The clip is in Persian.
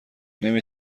نمی